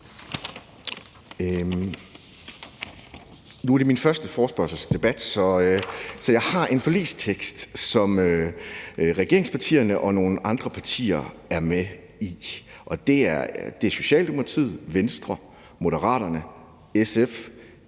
Nu er det min første forespørgselsdebat, så jeg har et forslag til vedtagelse, som regeringspartierne og nogle andre partier er med i. Jeg skal derfor på vegne af Socialdemokratiet, Venstre, Moderaterne, SF,